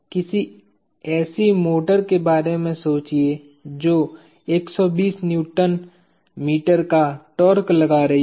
किसी ऐसी मोटर के बारे में सोचिए जो 120 Nm का टार्क लगा रही हो